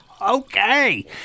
okay